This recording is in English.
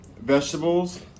vegetables